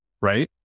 right